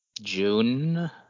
June